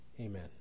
Amen